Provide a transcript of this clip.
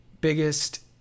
biggest